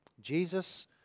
Jesus